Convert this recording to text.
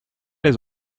les